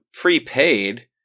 prepaid